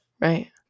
Right